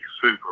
Super